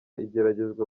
igeragezwa